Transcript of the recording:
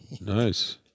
nice